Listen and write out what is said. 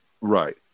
Right